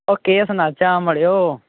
ओह् केह् सनाचै मड़ेओ